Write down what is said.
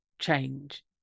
change